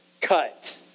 cut